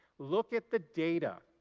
look at the data.